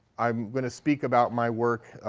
i'm going to speak about my work,